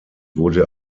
wurde